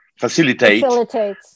facilitate